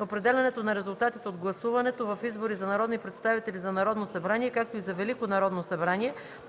Определянето на резултатите от гласуването в избори за народни представители за Народно събрание, както и за Велико Народно събрание